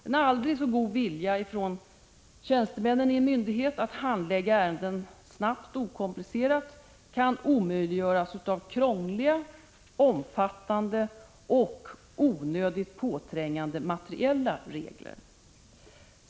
En aldrig så god vilja från tjänstemännen i en myndighet att handlägga ärendena snabbt och okomplicerat kan omöjliggöras av krångliga, omfattande och onödigt påträngande materiella regler.